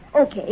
Okay